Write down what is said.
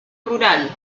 rural